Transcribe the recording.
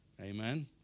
Amen